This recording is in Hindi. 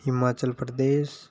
हिमाचल प्रदेश